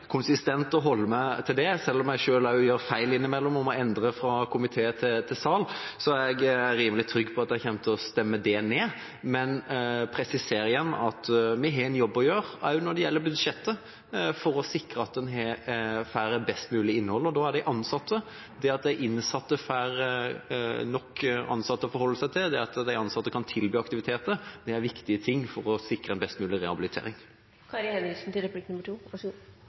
konsistent og holde meg til det. Selv om jeg også gjør feil innimellom og må endre fra komité til sal, er jeg rimelig trygg på at jeg kommer til å stemme det ned. Men jeg vil presisere igjen at vi har en jobb å gjøre også når det gjelder budsjettet, for å sikre at en får et best mulig innhold ved at de innsatte får nok ansatte å forholde seg til, og at de ansatte kan tilby aktiviteter. Det er viktige ting for å sikre en best mulig